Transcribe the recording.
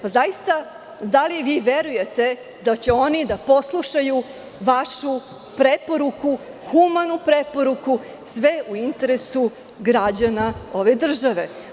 Zaista, da li vi verujete da će oni da poslušaju vašu preporuku, humanu preporuku, sve u interesu građana ove države?